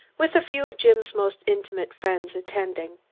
with a few of jim's most intimate friends, attending.